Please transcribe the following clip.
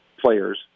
players